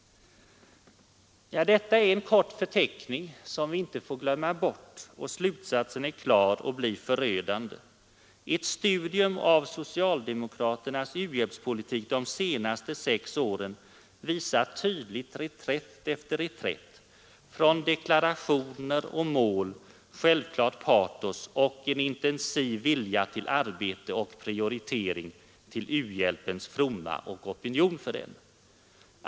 Detta är en kort men viktig förteckning, som vi inte får glömma. Slutsatsen är klar och blir förödande: ett studium av socialdemokraternas u-hjälpspolitik de senaste sex åren visar tydligt reträtt efter reträtt från 105 deklarationer, mål, självklart patos och från en intensiv vilja till arbete och prioritering till u-hjälpens fromma och vilja att bilda opinion för den.